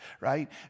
right